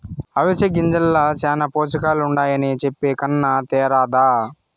అవిసె గింజల్ల శానా పోసకాలుండాయని చెప్పే కన్నా తేరాదా